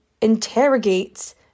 interrogates